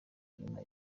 nyuma